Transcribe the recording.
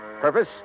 Purpose